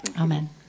Amen